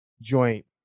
joint